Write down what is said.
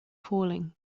falling